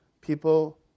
people